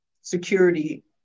security